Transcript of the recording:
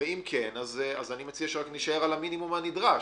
אז אם כן אני מציע שנישאר על המינימום הנדרש,